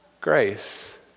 grace